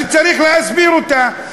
שצריך להסביר אותה.